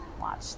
watch